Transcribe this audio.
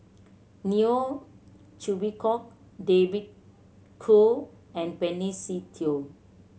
Neo Chwee Kok David Kwo and Benny Se Teo